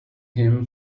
him